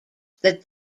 that